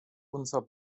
unser